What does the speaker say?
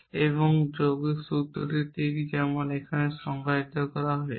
এবং যৌগিক সূত্রটি ঠিক ঠিক যেমনটি সংজ্ঞায়িত করা হয়েছে